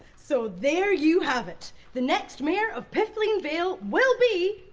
so there you have it! the next mayor of piffling vale will be,